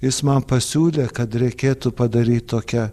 jis man pasiūlė kad reikėtų padaryt tokią